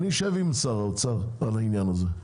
אני אשב עם שר האוצר על העניין הזה.